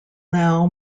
now